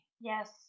yes